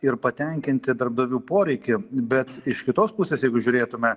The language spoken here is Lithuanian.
ir patenkinti darbdavių poreikį bet iš kitos pusės jeigu žiūrėtume